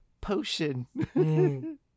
potion